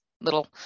little